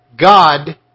God